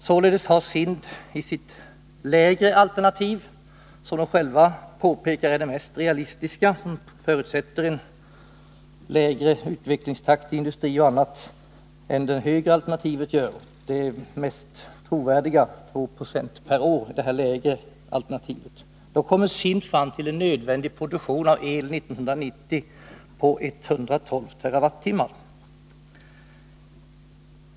Således har SIND i sitt lägre alternativ, som är det mest trovärdiga och som de själva påpekar är det mest realistiska — det förutsätter en lägre utvecklingstakt, 2 20 per år, i industri och annat än det högre alternativet gör — kommit fram till en nödvändig produktion av el 1990 på 112 TWh.